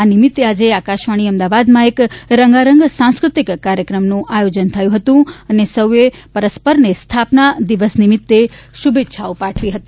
આ નિમિત્તે આજે આકાશવાણી અમદાવાદમાં એક રંગારંગ સાંસ્કૃતિક કાર્યક્રમનું આયોજન થયું હતું અને સૌ એ પરસ્પરને સ્થાપના દિવસ નિમિત્તે શુભેચ્છાઓ પાઠવી હતી